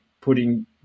putting